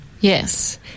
Yes